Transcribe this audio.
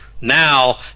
Now